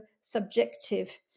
subjective